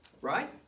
Right